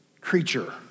creature